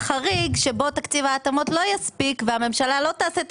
חריג שבו תקציב ההתאמות לא יספיק והממשלה לא תעשה את